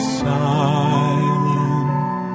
silent